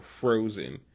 frozen